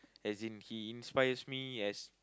as in he inspire me as